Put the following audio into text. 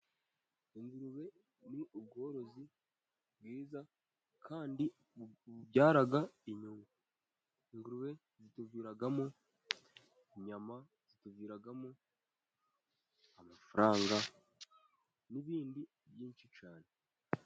Ingurube ni ubworozi bwiza kandi bubyara inyungu. Ingurube zituviramo inyama, zituviramo amafaranga, n'ibindi byinshi cyane.